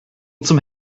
zum